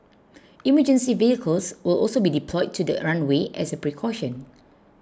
emergency vehicles will also be deployed to the runway as a precaution